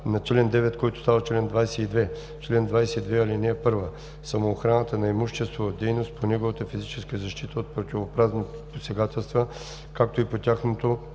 на чл. 9, който става чл. 22: „Чл. 22. (1) Самоохраната на имущество е дейност по неговата физическа защита от противоправни посегателства, както и по тяхното